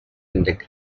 and